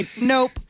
Nope